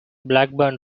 blackburn